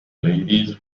ladies